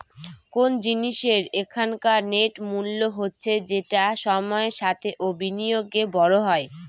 কোন জিনিসের এখনকার নেট মূল্য হচ্ছে যেটা সময়ের সাথে ও বিনিয়োগে বড়ো হয়